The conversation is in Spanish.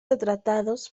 retratados